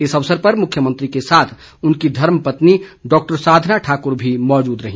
इस अवसर पर मुख्यमंत्री के साथ उनकी धर्मपत्नी डॉक्टर साधना ठाकुर भी मौजूद रहीं